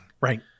Right